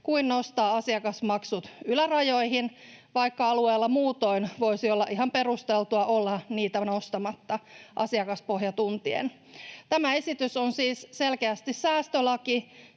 kuin nostaa asiakasmaksut ylärajoihin, vaikka alueilla muutoin voisi olla ihan perusteltua olla niitä nostamatta asiakaspohjan tuntien. Tämä esitys on siis selkeästi säästölaki,